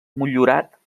motllurat